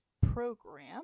program